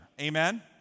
Amen